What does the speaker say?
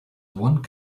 one